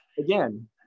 again